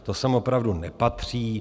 To sem opravdu nepatří.